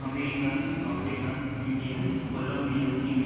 America Africa India Columbia England